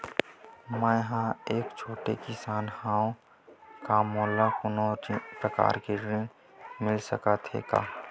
मै ह एक छोटे किसान हंव का मोला कोनो प्रकार के ऋण मिल सकत हे का?